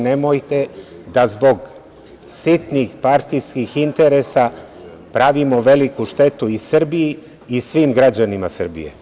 Nemojte da zbog sitnih partijskih interesa pravimo veliku štetu i Srbiji i svim građanima Srbije.